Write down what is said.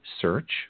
search